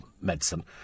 medicine